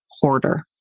hoarder